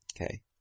Okay